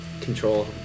Control